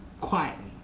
quietly